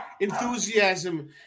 enthusiasm